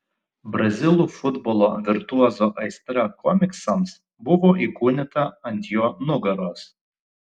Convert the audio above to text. brazilų futbolo virtuozo aistra komiksams buvo įkūnyta ant jo nugaros